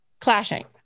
Clashing